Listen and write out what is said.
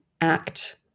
act